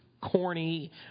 corny